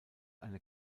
eine